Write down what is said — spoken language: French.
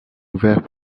ouverts